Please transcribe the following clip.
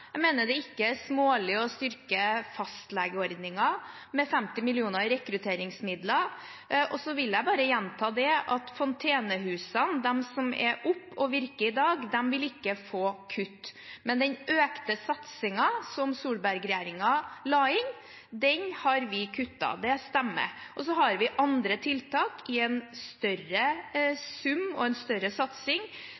Jeg mener det ikke er smålig å styrke fastlegeordningen med 50 mill. kr i rekrutteringsmidler. Jeg vil bare gjenta at de fontenehusene som er oppe og virker i dag, vil ikke få kutt. Men den økte satsingen som Solberg-regjeringen la inn, har vi kuttet, det stemmer. Så har vi andre tiltak i en større